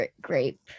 grape